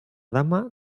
dama